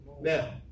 Now